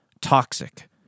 toxic